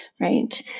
right